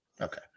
Okay